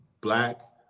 black